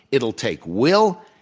it'll take will.